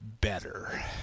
better